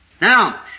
Now